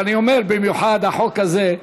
ואני אומר: בייחוד החוק הזה,